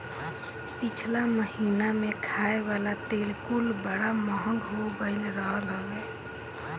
पिछला महिना में खाए वाला तेल कुल बड़ा महंग हो गईल रहल हवे